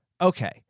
Okay